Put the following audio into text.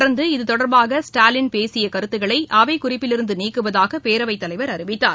தொடர்ந்து இது தொடர்பாக ஸ்டாலின் பேசிய கருத்துக்களை அவை குறிப்பிலிருந்து நீக்குவதாக பேரவைத் தலைவர் அறிவித்தார்